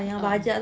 a'ah